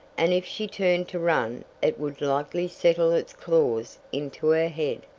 and if she turned to run it would likely settle its claws into her head.